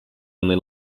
only